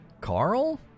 Carl